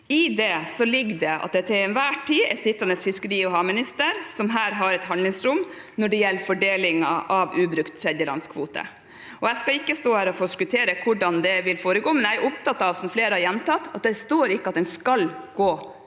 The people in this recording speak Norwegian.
I det ligger det at sittende fiskeri- og havminister til enhver tid her har et handlingsrom når det gjelder fordelingen av ubrukt tredjelandskvote. Jeg skal ikke stå her og forskuttere hvordan det vil foregå, men jeg er opptatt av det flere har gjentatt, at det ikke står at den skal gå